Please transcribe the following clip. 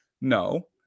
No